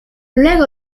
luego